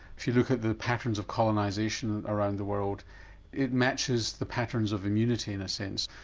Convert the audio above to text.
if you look at the patterns of colonisation around the world it matches the patterns of immunity in a sense.